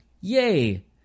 Yay